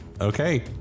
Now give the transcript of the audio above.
okay